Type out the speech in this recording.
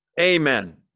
Amen